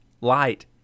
light